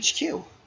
HQ